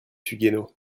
suguenot